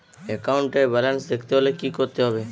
একাউন্টের ব্যালান্স দেখতে হলে কি করতে হবে?